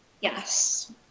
Yes